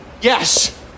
Yes